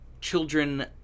children